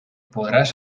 podràs